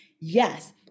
Yes